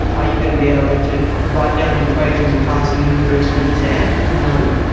are you going to be able to write down equations and pass a university exam? no.